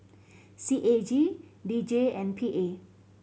C A G D J and P A